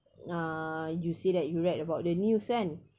ah you say that you read about the news kan